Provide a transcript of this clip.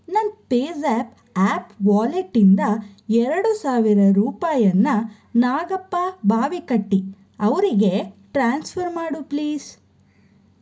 ನನ್ನ ಪೇಜ್ಯಾಪ್ ಆ್ಯಪ್ ವಾಲೆಟ್ಟಿಂದ ಎರಡು ಸಾವಿರ ರೂಪಾಯಿಯನ್ನ ನಾಗಪ್ಪ ಬಾವಿಕಟ್ಟಿ ಅವರಿಗೆ ಟ್ರಾನ್ಸ್ಫರ್ ಮಾಡು ಪ್ಲೀಸ್